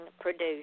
produced